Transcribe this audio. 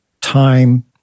time